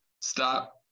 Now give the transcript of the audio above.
Stop